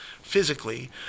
physically